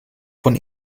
von